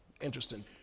interesting